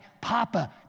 papa